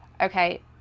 Okay